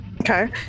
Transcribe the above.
Okay